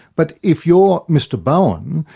but if you're mr bowen,